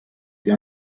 più